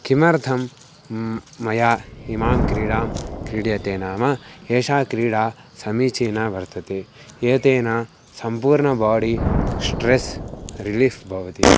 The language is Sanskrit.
किमर्थं मया इमां क्रीडां क्रीड्यते नाम एषा क्रीडा समीचीना वर्तते एतेन सम्पूर्णबाडि श्ट्रेस् रिलीफ़् भवति